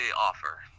offer